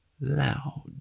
loud